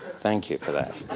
thank you for that.